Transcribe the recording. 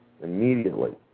immediately